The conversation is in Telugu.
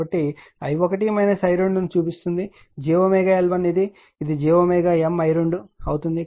కాబట్టి i1 i2 ను చూపిస్తోంది j L1 ఇది j M i2 అవుతుంది